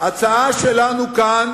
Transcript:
ההצעה שלנו כאן